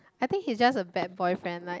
I think he's just a bad boyfriend like